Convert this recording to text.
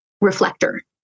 reflector